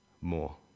more